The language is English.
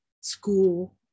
school